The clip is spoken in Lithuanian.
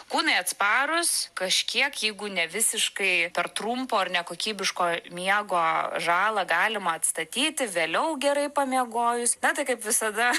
kūnai atsparūs kažkiek jeigu ne visiškai per trumpo ar nekokybiško miego žalą galima atstatyti vėliau gerai pamiegojus na tai kaip visada